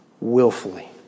willfully